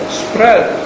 spread